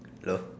hello